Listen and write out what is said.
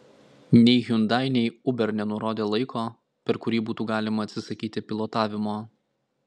nei hyundai nei uber nenurodė laiko per kurį būtų galima atsisakyti pilotavimo